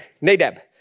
Nadab